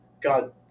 God